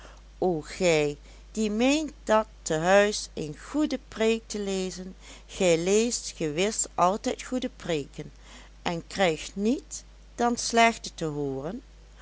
o gij die meent dat tehuis een goede preek te lezen gij leest gewis altijd goede preeken en krijgt niet dan slechte te hooren